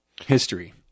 history